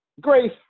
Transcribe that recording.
Grace